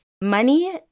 money